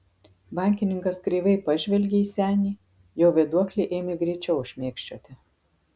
bankininkas kreivai pažvelgė į senį jo vėduoklė ėmė greičiau šmėkščioti